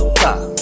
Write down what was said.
top